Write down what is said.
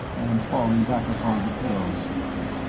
and falling back upon her pillows.